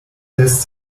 lässt